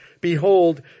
behold